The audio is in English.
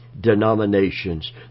denominations